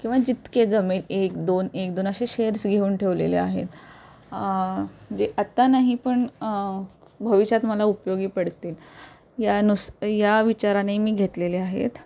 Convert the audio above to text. किंवा जितके जमेल एक दोन एक दोन असे शेअर्स घेऊन ठेवलेले आहेत जे आता नाही पण भविष्यात मला उपयोगी पडतील यानुस या विचाराने मी घेतलेले आहेत